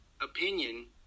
opinion